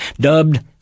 dubbed